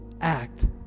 act